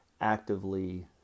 actively